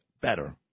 better